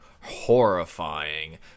horrifying